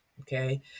okay